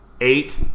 eight